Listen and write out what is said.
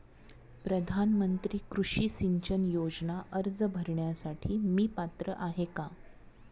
प्रधानमंत्री कृषी सिंचन योजना अर्ज भरण्यासाठी मी पात्र आहे का?